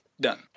done